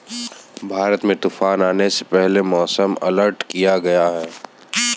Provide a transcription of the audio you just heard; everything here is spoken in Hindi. भारत में तूफान आने से पहले मौसम अलर्ट किया गया है